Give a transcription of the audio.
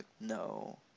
No